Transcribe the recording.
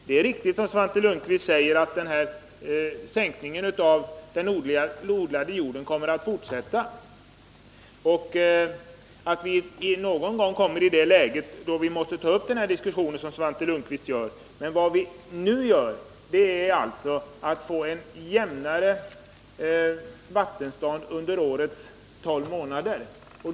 Det är riktigt, som Svante Lundkvist säger, att sänkningen av den odlade jordens nivå kommer att fortsätta och att vi någon gång kommer i det läget att vi måste ta upp den diskussion som Svante Lundkvist nu vill föra. Vad vi nu vill åstadkomma är ett jämnare vattenstånd under årets tolv månader.